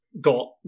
got